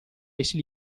essi